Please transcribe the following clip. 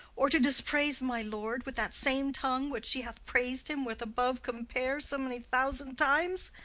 or to dispraise my lord with that same tongue which she hath prais'd him with above compare so many thousand times?